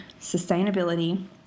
sustainability